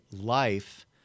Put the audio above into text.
life